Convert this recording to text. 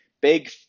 big